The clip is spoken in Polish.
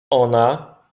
ona